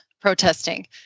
protesting